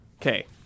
Okay